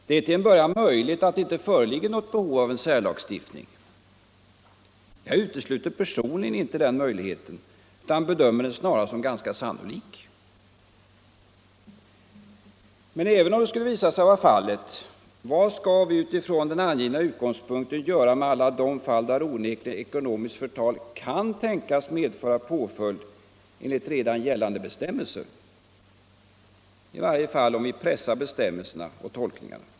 Det är till en början möjligt att det inte föreligger något behov av en särlagstiftning. Jag utesluter personligen inte den möjligheten utan bedömer den snarare som ganska sannolik. Men — även om detta skulle visa sig vara förhållandet —- vad skall vi utifrån den angivna utgångspunkten göra med alla de fall där onekligen ekonomiskt förtal kan tänkas medföra påföljd enligt redan gällande bestämmelser, åtminstone om vi pressar tolkningarna?